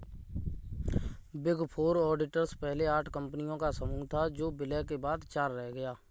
big four auditors पहले आठ कंपनियों का समूह था जो विलय के बाद चार रह गया